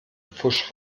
pfusch